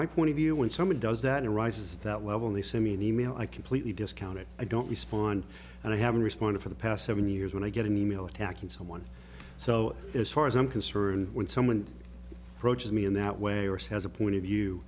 my point of view when someone does that arises that level in the same e mail i completely discount it i don't respond and i haven't responded for the past seven years when i get an e mail attacking someone so as far as i'm concerned when someone broaches me in that way or says a point of view